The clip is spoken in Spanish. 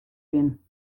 bien